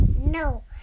No